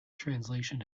translation